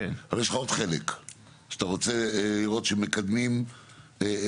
אבל יש לך עוד חלק שאתה רוצה לראות שמקדמים תוכנית.